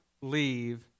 leave